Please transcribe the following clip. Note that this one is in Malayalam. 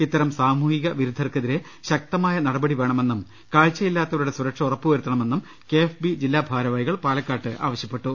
ഇത്തരം സാമൂഹ്യവിരുദ്ധർക്കെതിരെ ശക്തമായ നടപടി വേണ്മെന്നും കാഴ്ചയില്ലാത്തവരുടെ സുരക്ഷ ഉറപ്പു വരുത്തണ്മെന്നും കെഎഫ്ബി ജില്ലാഭാരവാഹികൾ പാലക്കാട്ട് ആവശ്യപ്പെട്ടു